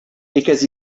because